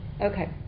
Okay